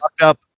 up